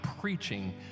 preaching